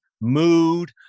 mood